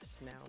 now